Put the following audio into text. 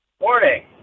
Morning